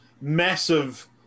massive